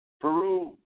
Peru